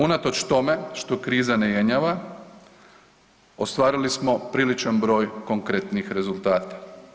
Unatoč tome što kriza ne jenjava, ostvarili smo priličan broj konkretnih rezultata.